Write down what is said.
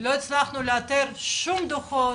לא הצלחנו למצוא שום דוחות.